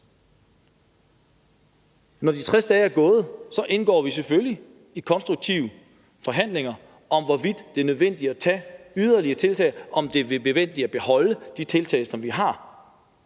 Når de 60 dage er gået, indgår vi selvfølgelig i konstruktive forhandlinger om, hvorvidt det er nødvendigt at gøre yderligere tiltag, eller om det er nødvendigt at beholde de tiltag, som vi har